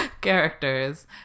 characters